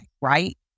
Right